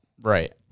right